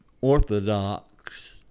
orthodox